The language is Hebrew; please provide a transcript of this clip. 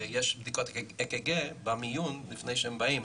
יש בדיקות א.ק.ג במיון לפני שהם באים,